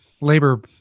Labor